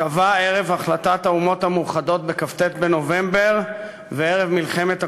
קבע ערב החלטת האומות המאוחדות בכ"ט בנובמבר וערב מלחמת הקוממיות,